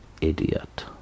idiot